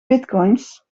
bitcoins